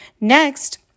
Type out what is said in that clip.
Next